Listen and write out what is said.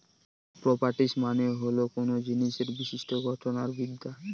properties মানে হল কোনো জিনিসের বিশিষ্ট্য গঠন আর বিদ্যা